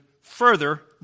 further